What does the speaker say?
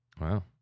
Wow